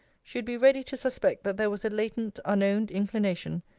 should be ready to suspect that there was a latent, unowned inclination,